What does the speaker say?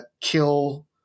kill